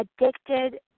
addicted